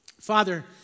Father